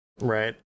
right